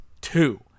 two